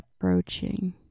approaching